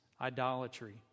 idolatry